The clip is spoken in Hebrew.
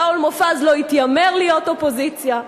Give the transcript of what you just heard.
שאול מופז לא התיימר להיות אופוזיציה.